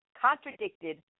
contradicted